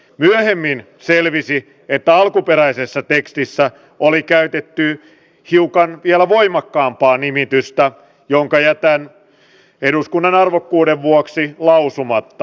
myöhemmin selvisi että alkuperäisessä tekstissä oli käytetty vielä hiukan voimakkaampaa nimitystä jonka jätän eduskunnan arvokkuuden vuoksi lausumatta